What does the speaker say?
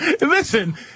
Listen